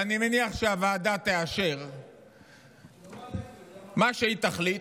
ואני מניח שהוועדה תאשר מה שהיא תחליט,